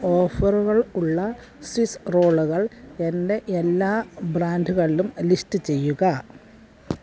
ഓഫറുകൾ ഉള്ള സ്വിസ് റോളുകൾ എന്റെ എല്ലാ ബ്രാൻഡുകളിലും ലിസ്റ്റ് ചെയ്യുക